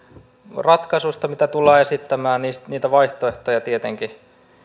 ratkaisuista mitä tullaan esittämään niitä vaihtoehtoja tietenkin